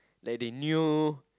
that they knew